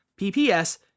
PPS